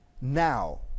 now